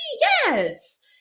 Yes